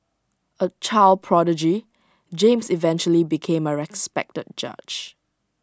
A child prodigy James eventually became A respected judge